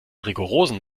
rigorosen